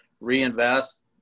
reinvest